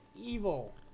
Evil